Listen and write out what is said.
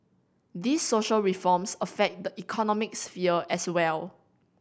these social reforms affect the economic sphere as well